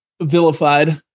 vilified